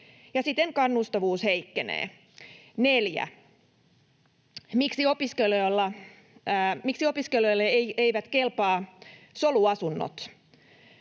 siten kannustavuus heikkenee. 4) Miksi opiskelijoille eivät kelpaa soluasunnot?